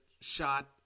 shot